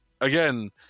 Again